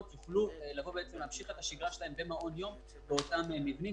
יוכלו להמשיך את השגרה שלהם במעון יום באותם מבנים.